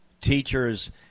teachers